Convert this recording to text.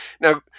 now